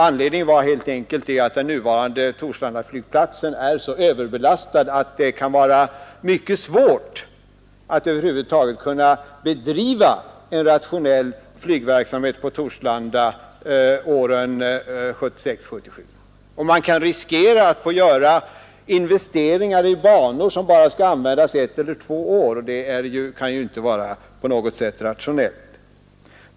Anledningen var helt enkelt den att nuvarande Torslanda flygplats är så överbelastad att det kan vara mycket svårt att där över huvud taget bedriva en rationell flygverksamhet åren 1976—1977. Man riskerar att få göra investeringar i banor som bara skall användas ett eller två år, och det kan ju inte på något sätt vara rationellt.